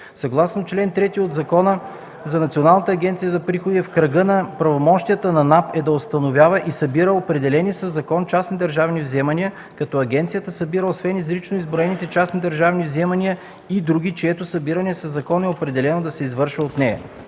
Съгласно чл. 3 от Закона за НАП в кръга на правомощията на НАП е да установява и събира определени със закон частни държавни вземания, като агенцията събира освен изрично изброените частни държавни вземания и други, чието събиране със закон е определено да се извършва от нея.